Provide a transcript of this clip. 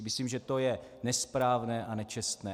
Myslím, že to je nesprávné a nečestné.